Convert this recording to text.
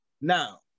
Now